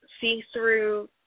see-through